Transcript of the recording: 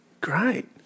Great